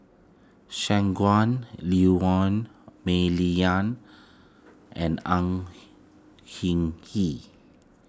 Shangguan Liuyun Mah Li Lian and Au Hing Yee